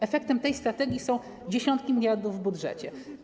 Efektem tej strategii są dziesiątki miliardów w budżecie.